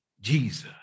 jesus